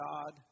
God